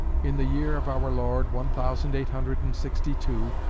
in the year of our lord one thousand eight hundred and sixty-two,